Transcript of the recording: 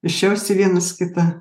išjausti vienas kitą